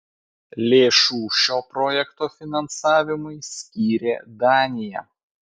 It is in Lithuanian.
lėšų šio projekto finansavimui skyrė danija